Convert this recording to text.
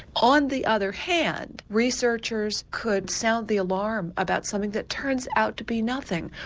on the other hand researchers could sound the alarm about something that turns out to be nothing.